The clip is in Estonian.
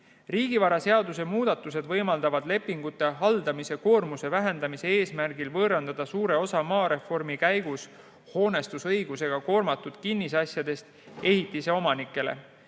Riigivaraseaduse muudatused võimaldavad lepingute haldamise koormuse vähendamiseks võõrandada suure osa maareformi käigus hoonestusõigusega koormatud kinnisasjadest ehitise omanikele.